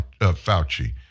Fauci